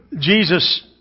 Jesus